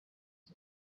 the